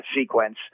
sequence